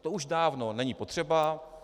To už dávno není potřeba.